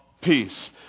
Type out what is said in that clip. peace